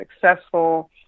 successful